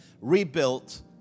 rebuilt